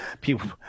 people